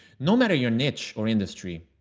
no matter your niche or industry.